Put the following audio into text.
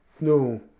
No